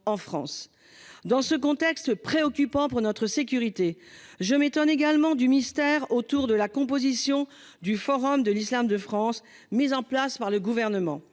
en France. Dans ce contexte préoccupant pour notre sécurité, je m'étonne du mystère autour de la composition du Forum de l'islam de France (Forif) mis en place par le Gouvernement.